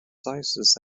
sizes